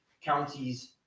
counties